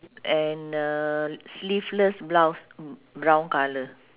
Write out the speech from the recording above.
and uh sleeveless blouse brown colour